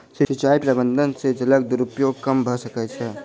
सिचाई प्रबंधन से जलक दुरूपयोग कम भअ सकै छै